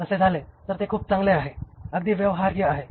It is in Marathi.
तसे झाले तर ते खूप चांगले आहे अगदी व्यवहार्य आहे